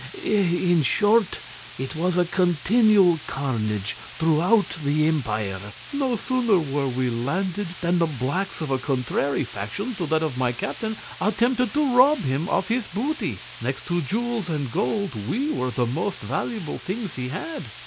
in short it was a continual carnage throughout the empire. no sooner were we landed, than the blacks of a contrary faction to that of my captain attempted to rob him of his booty. next to jewels and gold we were the most valuable things he had.